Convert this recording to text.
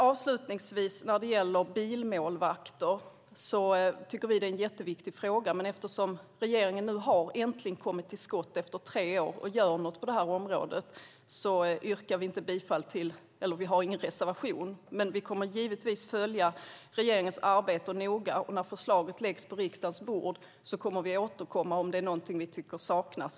Avslutningsvis tycker vi att bilmålvakter är en jätteviktig fråga, men eftersom regeringen nu äntligen har kommit till skott efter tre år och gör något på området har vi ingen reservation angående detta. Men vi kommer givetvis att följa regeringens arbete noga, och när förslaget läggs på riksdagens bord kommer vi att återkomma om det är någonting vi tycker saknas.